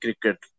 cricket